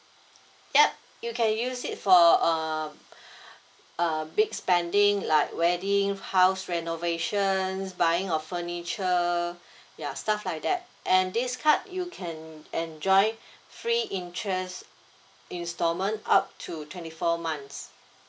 yup you can use it for uh a big spending like wedding house renovations buying of furniture ya stuff like that and this card you can enjoy free interest instalment up to twenty four months